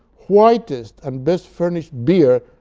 whitest and best furnished beard,